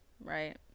right